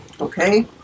Okay